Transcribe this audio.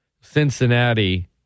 Cincinnati